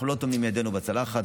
אנחנו לא טומנים ידנו בצלחת,